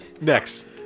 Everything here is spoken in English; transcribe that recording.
Next